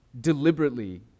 deliberately